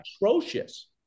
atrocious